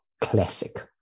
classic